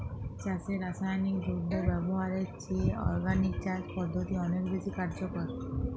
চাষে রাসায়নিক দ্রব্য ব্যবহারের চেয়ে অর্গানিক চাষ পদ্ধতি অনেক বেশি কার্যকর